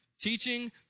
Teaching